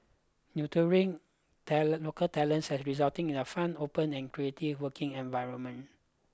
neutering talent local talents has resulted in a fun open and creative working environment